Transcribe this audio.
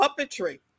puppetry